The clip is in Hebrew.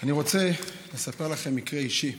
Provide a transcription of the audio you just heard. אני רוצה לספר לכם מקרה אישי.